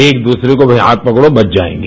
एक दूसरे का हाथ पकड़ो बच जाएंगे